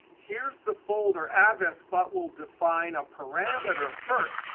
here's the folder address. but we'll define a parameter first.